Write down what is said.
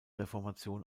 reformation